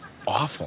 awful